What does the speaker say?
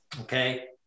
Okay